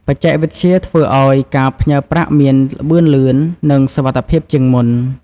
បច្ចេកវិទ្យាធ្វើឲ្យការផ្ញើប្រាក់មានល្បឿនលឿន និងសុវត្ថិភាពជាងមុន។